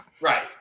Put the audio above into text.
right